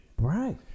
right